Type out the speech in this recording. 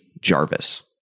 Jarvis